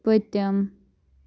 پٔتِم